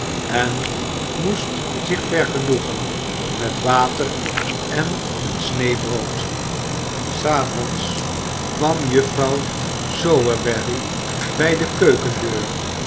en moest zich vergenoegen met water en een snee brood des avonds kwam juffrouw sowerberry bij de keukendeur